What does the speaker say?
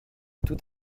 tout